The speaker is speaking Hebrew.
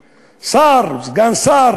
שר, סגן שר